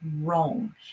wrong